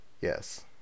Yes